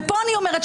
ומפה אני אומרת,